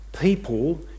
people